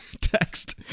text